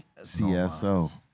CSO